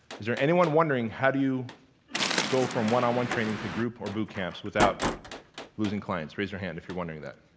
is there anyone wondering how you go from one-on-one training to group or boot camps without losing clients, raise your hand if you're wondering that.